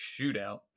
shootout